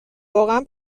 واقعا